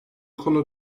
konu